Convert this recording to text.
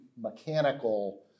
mechanical